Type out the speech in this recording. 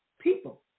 people